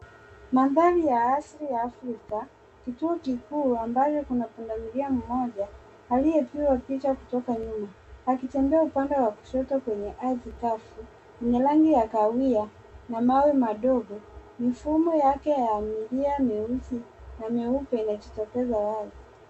Mandhari ya asili ya Afrika. Kituo kikuu ambayo kuna pundamilia mmoja aliyepigwa picha kutoka nyuma akitembea upande wa kushoto kwenye ardhi kavu yenye rangi ya kahawia na mawe madogo. Mfumo yake ya milia meusi na meupe inajitokeza wazi.